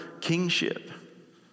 kingship